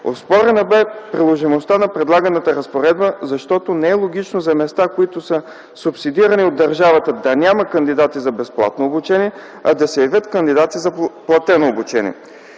Оспорена бе приложимостта на предлаганата разпоредба, защото не е логично за места, които са субсидирани от държавата, да няма кандидати за безплатно обучение, а да се явят кандидати за платено обучение.